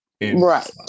Right